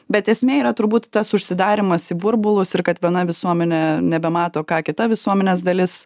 bet esmė yra turbūt tas užsidarymas į burbulus ir kad viena visuomenė nebemato ką kita visuomenės dalis